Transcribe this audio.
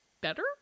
better